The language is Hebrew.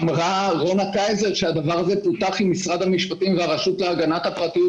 אמרה רונה קייזר שהדבר הזה פותח עם משרד המשפטים והרשות להגנת הפרטיות,